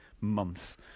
months